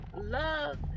love